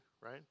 right